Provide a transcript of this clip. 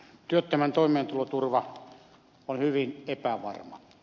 työttömän toimeentuloturva on hyvin epävarma